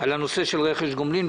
שעוסק בנושא של רכש גומלין,